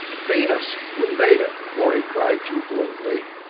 venus! we made it! morey cried jubilantly.